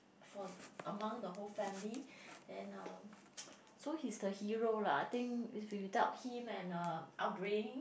for among the whole family then uh so he's the hero lah I think is we without him and uh upbringing